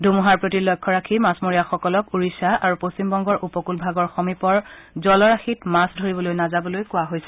ধুমুহাৰ প্ৰতি লক্ষ্য ৰাখি মাছমৰীয়াসকলক ওড়িশা আৰু পশ্চিমবংগৰ উপকূল ভাগৰ সমীপৰ জলৰাশিত মাছ ধৰিবলৈ নাযাবলৈ কোৱা হৈছে